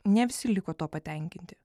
ne visi liko tuo patenkinti